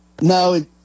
No